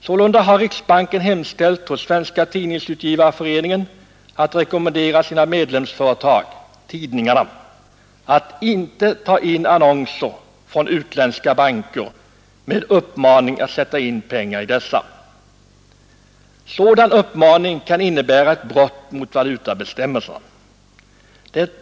Sålunda har riksbanken hemställt hos Svenska tidningsutgivareföreningen att föreningen skall rekommendera sina medlemsföretag, tidningarna, att inte ta in annonser från utländska banker med uppmaning att sätta in pengar i dessa. Sådan uppmaning kan innebära ett brott mot valutabestämmelserna.